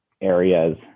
areas